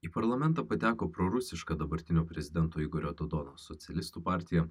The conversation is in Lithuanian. į parlamentą pateko prorusiška dabartinio prezidento igorio todoro socialistų partija